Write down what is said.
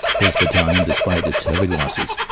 his battalion. despite its heavy losses,